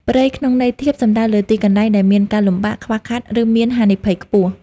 «ព្រៃ» ក្នុងន័យធៀប សំដៅលើទីកន្លែងដែលមានការលំបាក ខ្វះខាត ឬមានហានិភ័យខ្ពស់។